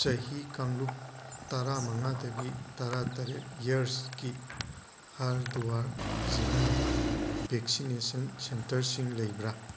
ꯆꯍꯤ ꯀꯥꯡꯂꯨꯞ ꯇꯔꯥꯃꯉꯥꯗꯒꯤ ꯇꯔꯥꯇꯔꯦꯠ ꯏꯌꯥꯔꯁ ꯀꯤ ꯍꯔꯗ꯭ꯋꯥꯔ ꯖꯤꯂꯥꯗ ꯕꯦꯛꯁꯤꯅꯦꯁꯟ ꯁꯦꯟꯇꯔꯁꯤꯡ ꯂꯩꯕ꯭ꯔꯥ